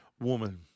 woman